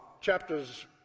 chapters